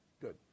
good